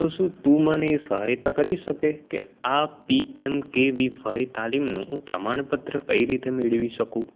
તો શું તું મને એ સહાયતા કરી શકે કે આ P M K V Y તાલીમનું હું પ્રમાણ પત્ર કઈ રીતે મેળવી શકું